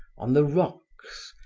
on the rocks,